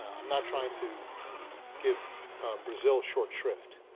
i'm not trying to give brazil short drift,